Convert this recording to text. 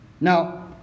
Now